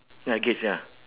ya gates ya